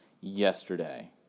yesterday